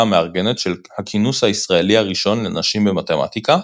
המארגנת של הכינוס הישראלי הראשון לנשים במתמטיקה,